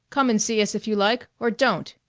come and see us if you like or don't!